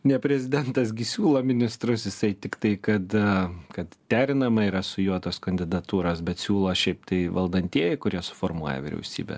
ne prezidentas gi siūlo ministrus jisai tiktai kad kad derinama yra su juo tos kandidatūras bet siūlo šiaip tai valdantieji kurie suformuoja vyriausybę